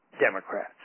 Democrats